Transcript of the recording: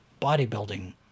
bodybuilding